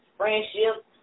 friendships